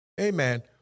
Amen